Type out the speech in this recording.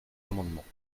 amendements